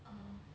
um